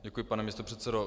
Děkuji, pane místopředsedo.